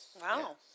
wow